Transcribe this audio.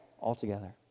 Altogether